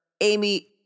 Amy